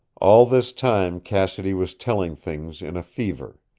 all this time cassidy was telling things in a fever.